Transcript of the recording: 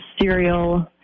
cereal